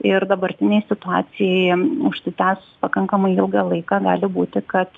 ir dabartinėj situacijoje užsitęs pakankamai ilgą laiką gali būti kad